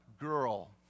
girl